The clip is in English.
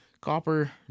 copper